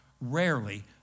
rarely